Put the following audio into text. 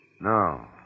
No